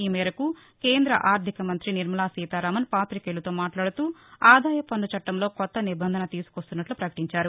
ఈ మేరకు కేంద్ర ఆర్థిక మంత్రి నిర్మలా సీతారామస్ పాత్రికేయులతో మాట్లాడుతూ ఆదాయపు పన్ను చట్టంలో కొత్త నిబంధన తీసుకొస్తున్నట్లు పకటించారు